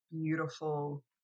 beautiful